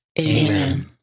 Amen